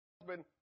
husband